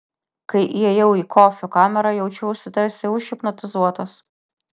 kai įėjau į kofio kamerą jaučiausi tarsi užhipnotizuotas